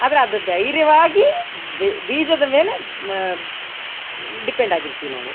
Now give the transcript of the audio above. ಆದರೆ ಅದು ಧೈರ್ಯವಾಗಿ ಬೀಜದ ಮೇಲೆ ಮ ಡಿಪೆಂಡ್ ಆಗಿರ್ತೀವಿ ನಾವು